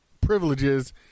privileges